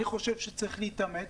אני חושב שצריך להתאמץ,